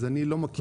אני לא מכיר.